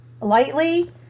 lightly